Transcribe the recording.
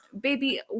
Baby